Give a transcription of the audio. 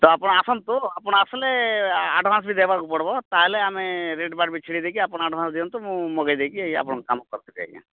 ତ ଆପଣ ଆସନ୍ତୁ ଆପଣ ଆସିଲେ ଆଡ଼୍ଭାନ୍ସ୍ ବି ଦେବାକୁ ପଡ଼ିବ ତା'ହେଲେ ଆମ ରେଟ୍ ବାଟ୍ ବି ଛିଡ଼େଇ ଦେଇକି ଆପଣ ଆଡ଼୍ଭାନ୍ସ ଦିଅନ୍ତୁ ମୁଁ ମଗାଇ ଦେଇକି ଆପଣଙ୍କ କାମ କରିଦେବି ଆଜ୍ଞା